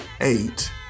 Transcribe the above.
eight